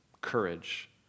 courage